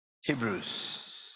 hebrews